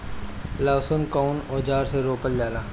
लहसुन कउन औजार से रोपल जाला?